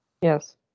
Yes